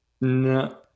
No